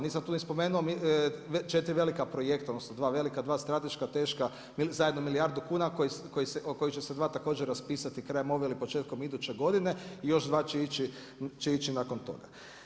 Nisam tu ni spomenuo 4 velika projekta, odnosno, 2 velika, 2 strateška, teška zajedno milijardu kn, o koji će se 2 također raspisati krajem ove ili početkom iduće godina i još 2 će ići nakon toga.